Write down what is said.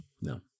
No